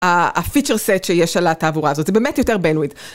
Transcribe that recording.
הפיצ'ר סט שיש על התעבורה הזאת, זה באמת יותר ביין ווידאו.